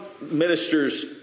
ministers